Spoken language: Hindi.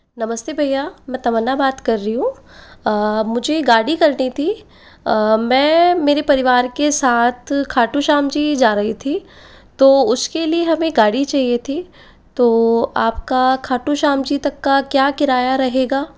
नमस्ते भैया मैं तम्मन्ना बात कर रही हूँ मुझे गाड़ी करनी थी मैं मेरे परिवार के साथ खाटू श्याम जी जा रही थी तो उसके लिए हमें गाड़ी चाहिए थी तो आपका खाटू श्याम जी तक का क्या किराया रहेगा